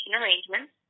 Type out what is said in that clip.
arrangements